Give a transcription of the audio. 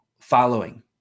following